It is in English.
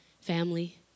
family